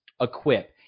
Equip